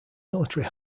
military